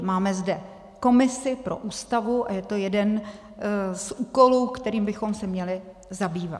Máme zde komisi pro Ústavu a je to jeden z úkolů, kterým bychom se měli zabývat.